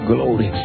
Glory